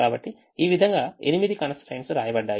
కాబట్టి ఈ విధంగా ఎనిమిది constraints వ్రాయబడ్డాయి